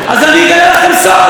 אני אגלה לכם סוד,